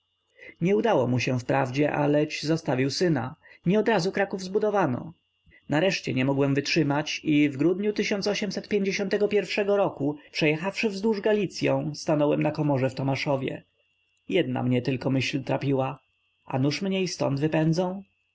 nie udało mu się wprawdzie aleć zostawił syna nieodrazu kraków zbudowano nareszcie nie mogłem wytrzymać i w grudniu pierwszego roku przejechawszy wzdłuż galicyą stanąłem na komorze w tomaszowie jedna mnie tylko myśl trapiła a nuż mnie i ztąd wypędzą